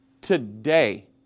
today